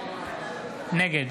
נגד